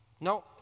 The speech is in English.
No